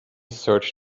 search